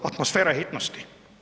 Atmosfera hitnosti.